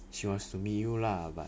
she wants to meet you lah but